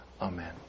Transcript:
Amen